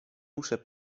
muszę